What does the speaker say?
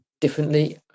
differently